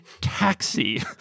taxi